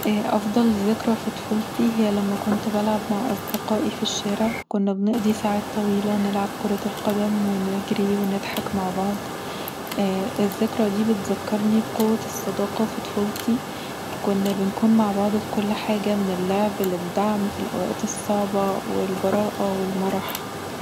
أفضل ذكرى في طفولتي هي لما كنت بلعب مع أصدقائي في الشارع. كنا بنقضي ساعات طويلة نلعب كرة القدم، ونجري، ونضحك مع بعض الذكرى دي بتذكرني بقوة الصداقات في طفولتي. كنا بنكون مع بعض في كل حاجة، من اللعب للدعم في الأوقات الصعبة والبراءه والمرح